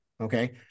okay